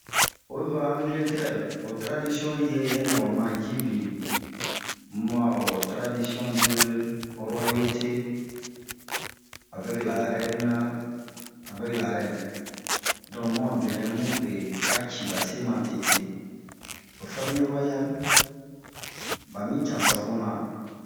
Oyi va angiletɛre ho taradisiɔn yɛyɛ nɛ wa ma yii bin, bun a ho taradisiɔn de ruwayote, avɛk la rɛne, avɛk la rɛne. Don bun be a benɛ mu be a cii ba se matete.ho famiye rɔayale, ba mi cansan bun na.